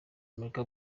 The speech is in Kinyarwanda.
amerika